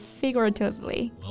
Figuratively